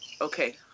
Okay